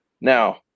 Now